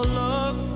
love